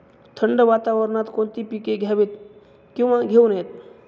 थंड वातावरणात कोणती पिके घ्यावीत? किंवा घेऊ नयेत?